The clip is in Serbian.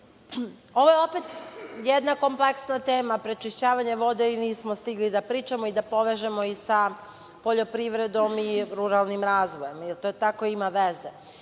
je opet jedna kompleksna tema, prečišćavanje voda, o kojoj nismo stigli da pričamo i da povežemo sa poljoprivredom i ruralnim razvojem, jer to i te kako ima veze.